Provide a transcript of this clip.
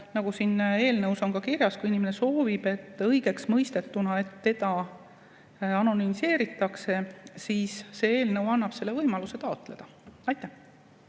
nagu siin eelnõus on kirjas, kui inimene soovib, et ta õigeksmõistetuna anonümiseeritakse, siis see eelnõu annab talle võimaluse seda taotleda. Aitäh!